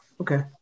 Okay